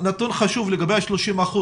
נתון חשוב לגבי ה-30%,